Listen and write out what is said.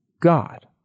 God